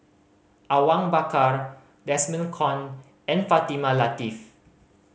Awang Bakar Desmond Kon and Fatimah Lateef